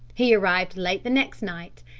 he arrived late the next night,